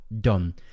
done